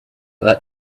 that